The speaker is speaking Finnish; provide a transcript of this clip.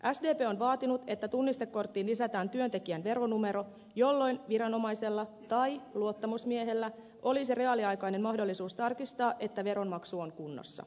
sdp on vaatinut että tunnistekorttiin lisätään työntekijän veronumero jolloin viranomaisella tai luottamusmiehellä olisi reaaliaikainen mahdollisuus tarkistaa että veronmaksu on kunnossa